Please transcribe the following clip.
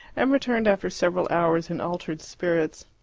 and returned after several hours in altered spirits.